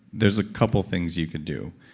there's a couple things you can do.